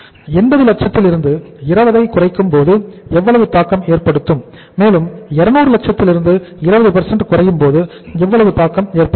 80 லட்சத்தில் இருந்து 20 ஐ குறைக்கும்போது எவ்வளவு தாக்கம் ஏற்படுத்தும் மேலும் 200 லட்சத்திலிருந்து 20 குறைக்கும்போது எவ்வளவு தாக்கத்தை ஏற்படுத்தும்